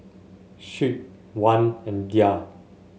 Shuib Wan and Dhia